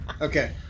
Okay